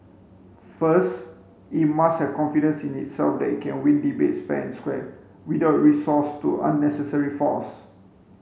first it must have confidence in itself that it can win debates fair and square without recourse to unnecessary force